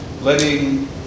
letting